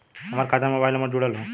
हमार खाता में मोबाइल नम्बर जुड़ल हो?